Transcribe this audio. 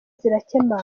zirakemangwa